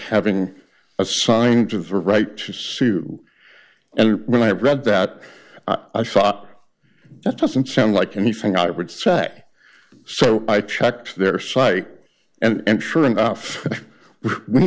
having assigned to the right to sue and when i read that i thought that doesn't sound like anything i would sack so i checked their site and sure enough we